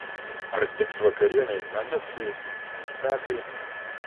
ar tiks vakarienei nagetsai ir kiti snekai